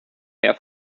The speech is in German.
mehr